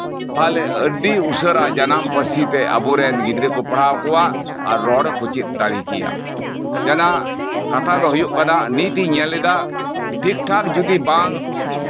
ᱛᱟᱦᱞᱮ ᱟᱹᱰᱤ ᱩᱥᱟᱹᱨᱟ ᱡᱟᱱᱟᱢ ᱯᱟᱹᱨᱥᱤ ᱛᱮ ᱟᱵᱚ ᱨᱮᱱ ᱜᱤᱫᱽᱨᱟᱹ ᱠᱚ ᱯᱟᱲᱦᱟᱣ ᱠᱚᱣᱟ ᱟᱨ ᱨᱚᱲ ᱠᱚ ᱪᱮᱫ ᱫᱟᱲᱮ ᱠᱮᱭᱟ ᱡᱟᱸᱦᱟ ᱱᱟᱜ ᱠᱟᱛᱷᱟ ᱫᱚ ᱦᱩᱭᱩᱜ ᱠᱟᱱᱟ ᱱᱤᱛ ᱤᱧ ᱧᱮᱞᱫᱟ ᱴᱷᱤᱠ ᱴᱷᱟᱠ ᱡᱚᱫᱤ ᱵᱟᱝ